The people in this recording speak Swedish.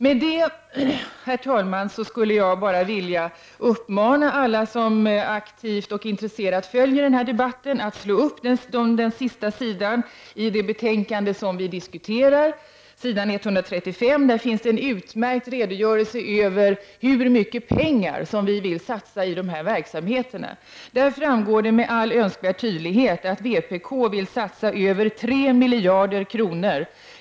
Med detta, herr talman, skulle jag bara vilja uppmana alla som aktivt och intresserat följer denna debatt att slå upp s. 135 i det betänkande som vi diskuterar. Där finns det en utmärkt redogörelse för hur mycket pengar som de olika partierna vill satsa på dessa verksamheter. Där framgår det med all önskvärd tydlighet att vpk vill satsa över 3 miljarder kronor.